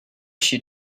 she